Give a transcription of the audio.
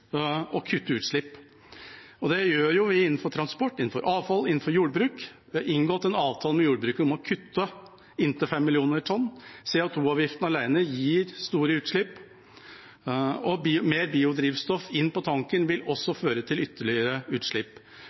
kutte utslipp. Det gjør vi innenfor transport, innenfor avfall og innenfor jordbruk. Vi har inngått en avtale med jordbruket om å kutte inntil 5 mill. tonn. CO 2 -avgiften alene gir store utslippskutt, og mer biodrivstoff på tanken vil også redusere utslippene ytterligere.